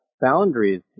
boundaries